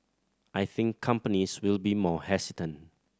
I think companies will be more hesitant